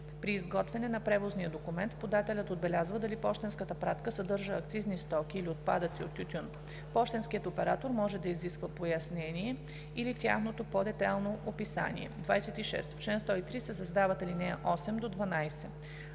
При изготвяне на превозния документ подателят отбелязва дали пощенската пратка съдържа акцизни стоки, или отпадъци от тютюн. Пощенският оператор може да изисква пояснение или тяхното по-детайлно описание.“ 26. В чл. 103 се създават ал. 8 – 12: